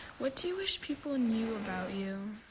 what do you wish people and knew about you?